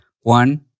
One